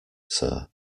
sir